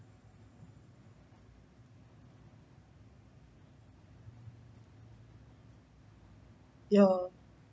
yeah